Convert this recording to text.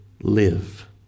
live